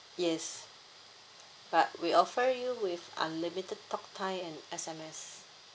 yes but we offer you with unlimited talk time and S_M_S